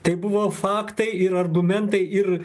tai buvo faktai ir argumentai ir